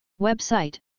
Website